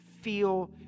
feel